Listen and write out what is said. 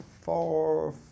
four